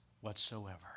whatsoever